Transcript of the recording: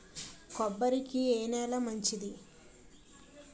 కొబ్బరి కి ఏ నేల మంచిది?